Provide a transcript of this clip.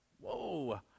Whoa